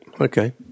okay